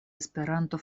esperanto